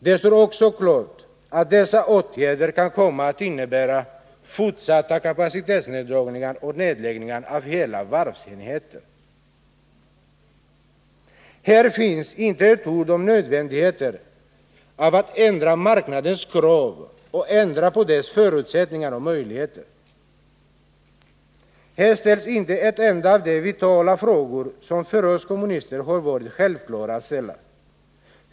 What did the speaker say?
Det står också klart att dessa åtgärder kan komma att innebära fortsatta kapacitetsneddragningar och nedläggningar av hela varvsenheter.” Här finns inte ett ord om nödvändigheten av att ändra marknadens krav och ändra på dess förutsättningar och möjligheter. Här ställs inte en enda av de vitala frågor som för oss kommunister har varit självklara att ställa.